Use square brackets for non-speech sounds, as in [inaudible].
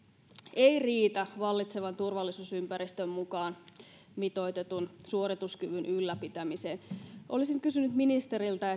ei riitä vallitsevan turvallisuusympäristön mukaan mitoitetun suorituskyvyn ylläpitämiseen olisin kysynyt ministeriltä [unintelligible]